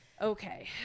Okay